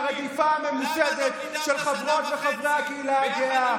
את התשתית לרדיפה הממוסדת של חברות וחברי הקהילה הגאה,